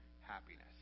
happiness